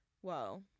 Whoa